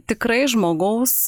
tikrai žmogaus